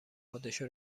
خودشو